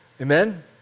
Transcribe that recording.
Amen